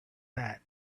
that